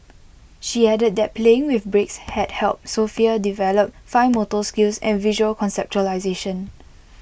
she added that playing with bricks had helped Sofia develop fine motor skills and visual conceptualisation